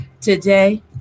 today